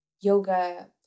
yoga